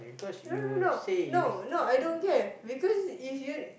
no no no no no I don't care because if you